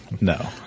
no